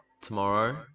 tomorrow